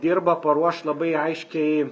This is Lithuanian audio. dirba paruoš labai aiškiai